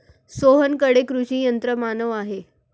सोहनकडे कृषी यंत्रमानव आहे